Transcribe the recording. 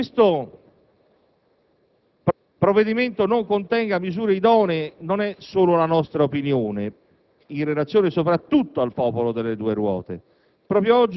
Io stesso ho presentato un mio disegno di legge che vuole proporre altre forme di prevenzione e risoluzione del problema traffico, grazie all'incentivo dell'uso dei ciclomotori.